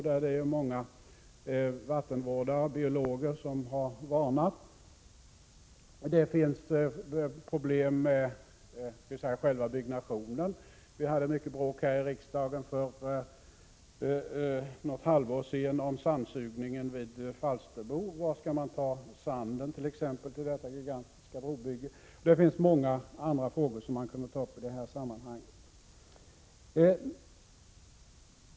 Det är många vattenvårdare och biologer som har varnat för dessa effekter. Det finns problem med själva byggnationen. För ungefär ett halvår sedan hade vi mycket bråk här i riksdagen om sandsugningen vid Falsterbo. Varifrån skall man t.ex. ta sanden till detta gigantiska brobygge? Det finns många andra frågor som man skulle kunna ta upp i detta sammanhang.